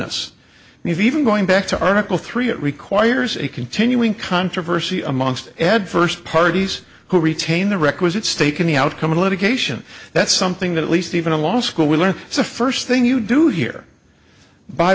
and even going back to article three it requires a continuing controversy amongst ad first parties who retain the requisite stake in the outcome of litigation that's something that at least even a law school will learn is the first thing you do here by